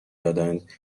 دادند